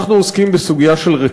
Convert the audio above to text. אני הגבלתי את עצמי במסגרת של זמן גם